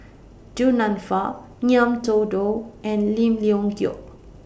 Du Nanfa Ngiam Tong Dow and Lim Leong Geok